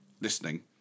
listening